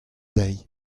dezhi